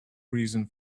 reason